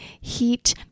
heat